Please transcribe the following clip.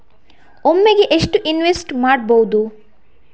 ಒಮ್ಮೆಗೆ ಎಷ್ಟು ಇನ್ವೆಸ್ಟ್ ಮಾಡ್ಬೊದು?